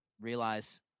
realize